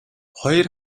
хоёр